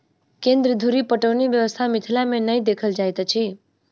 केन्द्र धुरि पटौनी व्यवस्था मिथिला मे नै देखल जाइत अछि